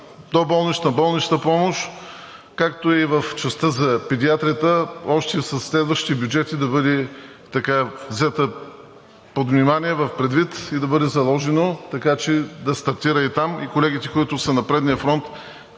доболнична – болнична помощ, както и в частта за педиатрията, още със следващите бюджети да бъде взета под внимание, предвид, и да бъде заложено така, че да стартира и там, и колегите, които са на предния фронт,